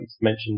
mentioned